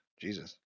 jesus